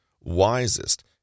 wisest